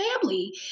family